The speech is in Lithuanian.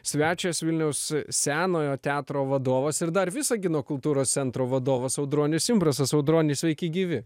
svečias vilniaus senojo teatro vadovas ir dar visagino kultūros centro vadovas audronius imbrasas audroni sveiki gyvi